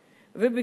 יש לי שאלה נוספת.